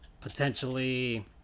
potentially